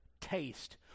taste